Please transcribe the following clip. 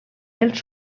els